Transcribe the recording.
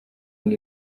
ngo